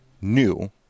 new